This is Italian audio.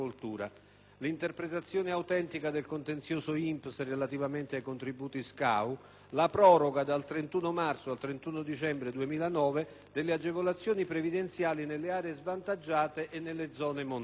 l'interpretazione autentica del contenzioso INPS relativamente ai contributi SCAU, la proroga dal 31 marzo al 31 dicembre 2009 delle agevolazioni previdenziali nelle aree svantaggiate e nelle zone montane.